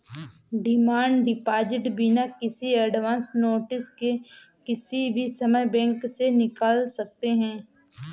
demand deposit बिना किसी advance notice के किसी भी समय बैंक से निकाल सकते है